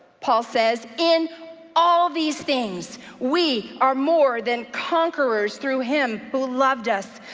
paul says, in all these things we are more than conquerors through him who loved us.